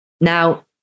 Now